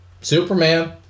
Superman